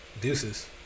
Deuces